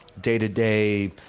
day-to-day